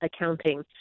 accounting